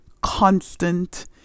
constant